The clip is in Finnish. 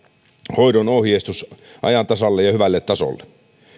hoidon ohjeistus ajan tasalle ja hyvälle tasolle